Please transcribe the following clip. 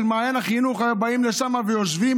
מעיין החינוך אם היו באים לשם ויושבים,